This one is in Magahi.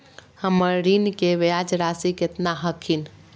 हमर ऋण के ब्याज रासी केतना हखिन?